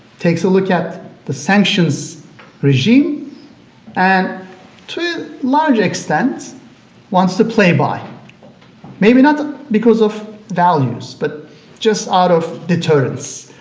takes a look at the sanctions regime and to a large extent wants to play by maybe not because of values but just out of deterrence,